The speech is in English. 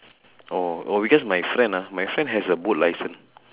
oh oh because my friend ah my friend has a boat license